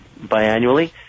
biannually